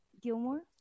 Gilmore